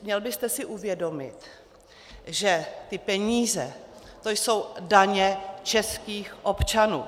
Měl byste si uvědomit, že ty peníze, to jsou daně českých občanů.